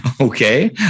Okay